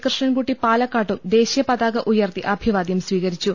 കൃഷ്ൺകുട്ടി പാലക്കാട്ടും ദേശീയ പതാക ഉയർത്തി അഭിവാദ്യം സ്വീകരി ച്ചു